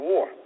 War